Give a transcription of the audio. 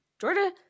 Georgia